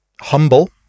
humble